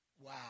Wow